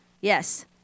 Yes